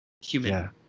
human